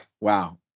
Wow